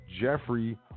Jeffrey